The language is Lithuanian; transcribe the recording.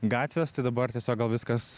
gatvės tai dabar tiesiog gal viskas